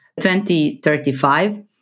2035